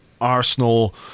Arsenal